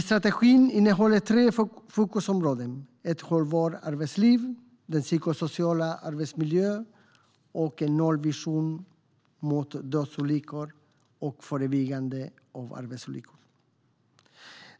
Strategin innehåller tre fokusområden: ett hållbart arbetsliv, den psykosociala arbetsmiljön och en nollvision mot dödsolyckor och förebyggande av arbetsolyckor.